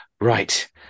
right